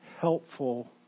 helpful